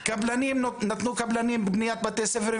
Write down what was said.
נתנו קבלנים בניית בתי ספר,